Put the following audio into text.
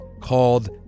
called